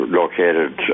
located